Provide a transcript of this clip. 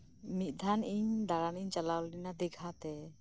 ᱢᱤᱫ ᱫᱷᱟᱢ ᱤᱧ ᱫᱟᱲᱟᱱᱤᱧ ᱪᱟᱞᱟᱣ ᱞᱮᱱᱟ ᱫᱤᱜᱷᱟᱛᱮ